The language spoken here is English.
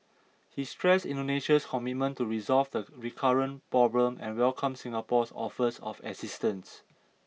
he stressed Indonesia's commitment to resolve the recurrent problem and welcomed Singapore's offers of assistance